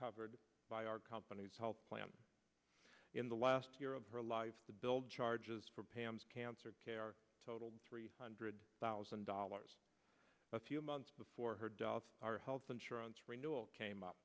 covered by our company's health plan in the last year of her life to build charges for pam's cancer care totaled three hundred thousand dollars a few months before her health insurance renewal came up